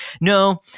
no